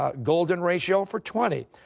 ah golden ratio for twenty.